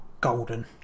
golden